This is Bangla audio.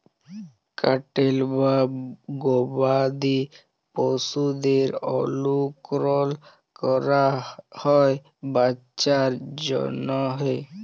ক্যাটেল বা গবাদি পশুদের অলুকরল ক্যরা হ্যয় বাচ্চার জ্যনহে